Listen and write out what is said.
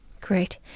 Great